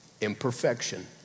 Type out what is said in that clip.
Imperfection